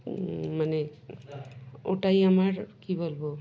মানে ওটাই আমার কী বলবো